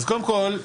אז קודם כול,